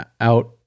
out